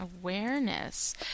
Awareness